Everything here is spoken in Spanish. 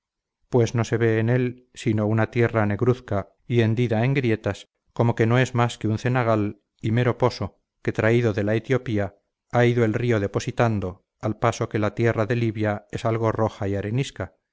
pues no se ve en él sino una tierra negruzca y hendida en grietas como que no es más que un cenagal y mero poso que traído de la etiopía ha ido el río depositando al paso que la tierra de libia es algo roja y arenisca